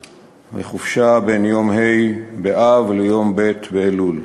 וחופשה בין יום ה' באב ליום ב' באלול,